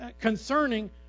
concerning